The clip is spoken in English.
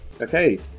Okay